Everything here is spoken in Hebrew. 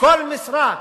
לכל משרה,